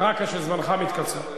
רק זמנך מתקצר.